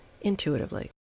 intuitively